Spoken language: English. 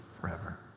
forever